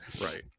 right